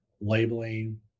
labeling